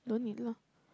don't need lah